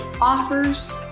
offers